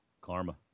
Karma